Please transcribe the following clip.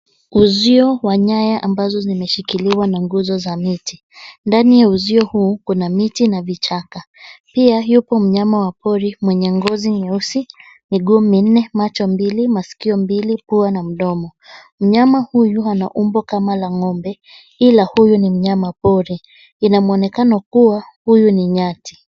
Uzio wa nyaya ambazo zimeshikiliwa na nguzo za miti. Ndani ya uzio huu, kuna miti na vichaka. Pia yupo mnyama wa pori mwenye ngozi nyeusi, miguu minne, macho mbili, maskio mbili, pua na mdomo. Mnyama huyu ana umbo kama la ng'ombe ila huyu ni mnyama pori. Ina mwonekano kuwa huyu ni nyati.